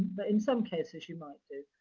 but, in some cases, you might do.